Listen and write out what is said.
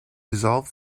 dissolved